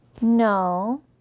No